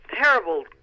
terrible